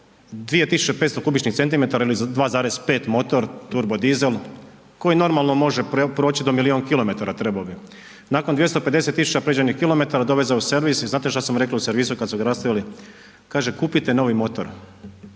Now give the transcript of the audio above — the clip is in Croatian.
2500 kubičnih centimetara ili 2,5 motor, turbodizel koji normalno može proći do milijun kilometara, trebao bi. Nakon 250 tisuća pređenih kilometara doveze u servis i znate što su mu rekli u servisu kad su ga rastavili? Kaže, kupite novi motor.